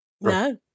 No